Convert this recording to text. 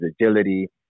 agility